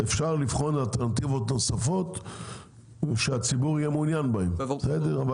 אפשר לבחון אלטרנטיבות נוספות שהציבור יהיה מעוניין בהם בסדר?